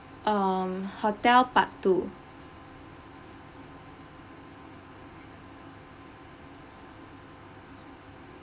um hotel part two